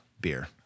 beer